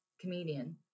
comedian